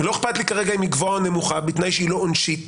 לא אכפת לי כרגע אם היא גבוהה או נמוכה בתנאי שהיא לא עונשית,